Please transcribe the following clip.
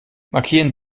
markieren